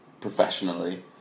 professionally